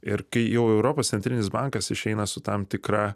ir kai jau europos centrinis bankas išeina su tam tikra